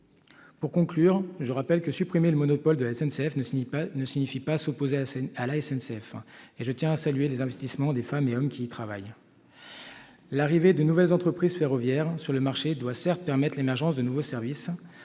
Pour conclure, je rappellerai que supprimer le monopole de la SNCF ne signifie pas s'opposer à cette entreprise. Je tiens, au passage, à saluer l'investissement des femmes et des hommes qui y travaillent. L'arrivée de nouvelles entreprises ferroviaires sur le marché doit certes permettre l'émergence de nouveaux services,